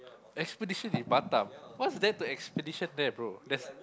expedition in Batam what's there to expedition there bro there's